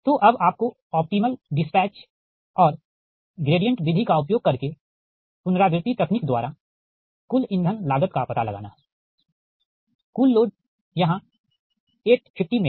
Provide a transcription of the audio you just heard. तोअब आपको optimal dispatch और ग्रेडिएंट विधि का उपयोग करके पुनरावृति तकनीक द्वारा कुल ईंधन लागत का पता लगाना हैं कुल लोड 850 MWहै